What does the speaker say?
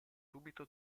subito